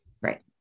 Right